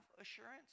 assurance